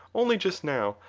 only just now,